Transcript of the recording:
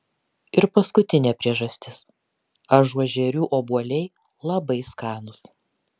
ir paskutinė priežastis ažuožerių obuoliai labai skanūs